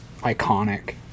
iconic